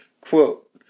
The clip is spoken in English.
Quote